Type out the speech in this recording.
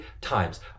times